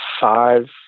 five